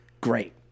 great